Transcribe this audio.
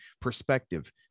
perspective